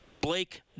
Blake